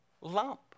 lump